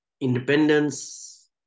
independence